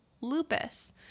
lupus